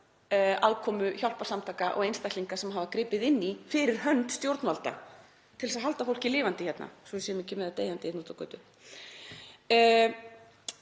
aðkomu hjálparsamtaka og einstaklinga sem hafa gripið inn í fyrir hönd stjórnvalda til að halda fólki lifandi hérna, svo við séum ekki með það deyjandi úti á götu.